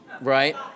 right